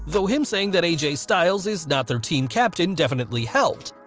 though him saying that aj styles is not their team captain definitely helped,